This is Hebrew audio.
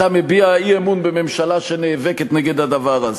אתה מביע אי-אמון בממשלה שנאבקת נגד הדבר הזה.